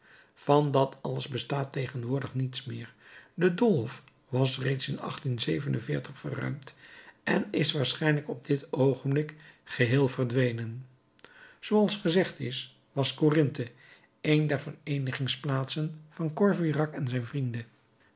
van dat alles bestaat tegenwoordig niets meer de doolhof was reeds in verruimd en is waarschijnlijk op dit oogenblik geheel verdwenen zooals gezegd is was corinthe een der vereenigingsplaatsen van courfeyrac en zijn vrienden